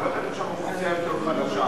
הולכת לשם אוכלוסייה יותר חלשה.